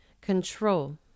Control